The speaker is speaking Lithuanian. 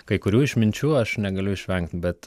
kai kurių iš minčių aš negaliu išvengti bet